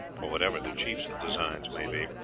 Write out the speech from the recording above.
for whatever the chief's designs may be,